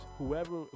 whoever